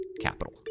capital